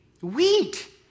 wheat